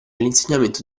l’insegnamento